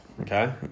okay